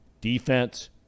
Defense